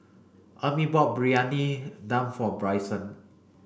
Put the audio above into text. Emmie bought Briyani Dum for Bryson